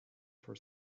for